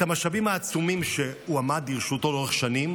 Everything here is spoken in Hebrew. את המשאבים העצומים שהועמדו לרשותו לאורך שנים